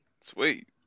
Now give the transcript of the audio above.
Sweet